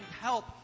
help